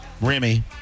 Remy